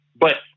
but-